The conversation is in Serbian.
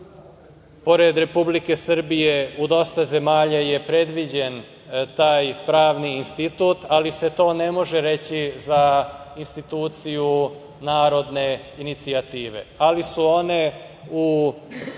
pored Republike Srbije, u dosta zemalja je predviđen taj pravni institut, ali se to ne može reći za instituciju narodne inicijative. Ali su one u